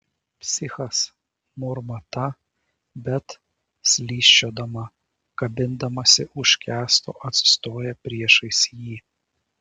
psichas murma ta bet slysčiodama kabindamasi už kęsto atsistoja priešais jį